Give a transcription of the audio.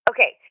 Okay